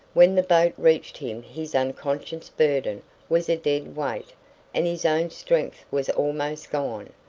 when the boat reached him his unconscious burden was a dead weight and his own strength was almost gone.